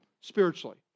spiritually